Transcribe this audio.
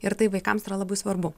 ir tai vaikams yra labai svarbu